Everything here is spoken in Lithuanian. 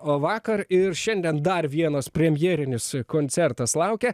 o vakar ir šiandien dar vienas premjerinis koncertas laukia